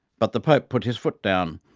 but the pope put his foot down,